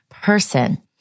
person